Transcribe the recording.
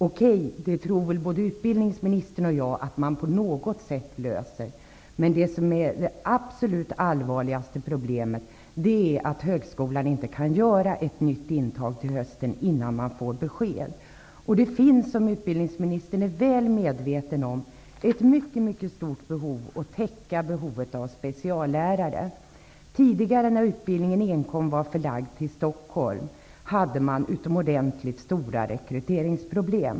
Okej, både utbildningsministern och jag tror väl att det problemet kommer att lösas på något sätt. Men det allvarligaste problemet är att högskolan inte kan göra ett nytt intag till hösten förrän det kommer besked. Utbildningsministern är väl medveten om att det är nödvändigt att täcka behovet av speciallärare. När utbildningen tidigare enkom var förlagd till Stockholm fanns det utomordentligt stora rekryteringsproblem.